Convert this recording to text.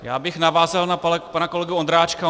Já bych navázal na pana kolegu Ondráčka.